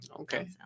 Okay